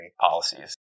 policies